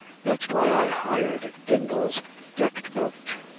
that's why i hired dingle's decked boat.